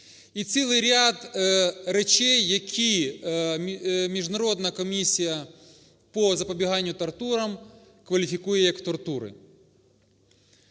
і цілий ряд речей, які Міжнародна комісія по запобіганню тортурам кваліфікує як тортури.